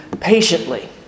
patiently